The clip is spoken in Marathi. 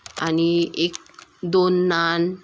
आणि एक दोन नान